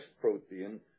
protein